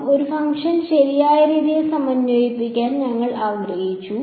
അതിനാൽ ഒരു ഫംഗ്ഷൻ ശരിയായ രീതിയിൽ സമന്വയിപ്പിക്കാൻ ഞങ്ങൾ ആഗ്രഹിച്ചു